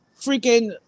freaking